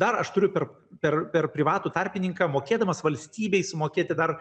dar aš turiu per per per privatų tarpininką mokėdamas valstybei sumokėti dar